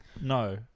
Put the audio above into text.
No